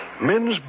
men's